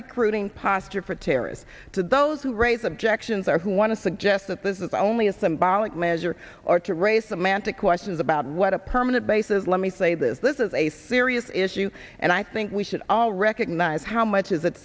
recruiting posture for terrorists to those who raise objections or who want to suggest that this is only a symbolic measure or to raise a man to questions about what a permanent bases let me say this this is a serious issue and i think we should all recognize how much is at